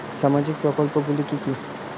সামাজিক প্রকল্প গুলি কি কি?